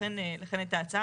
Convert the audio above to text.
לכן הייתה ההצעה.